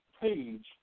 page